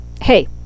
Hey